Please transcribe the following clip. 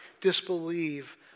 disbelieve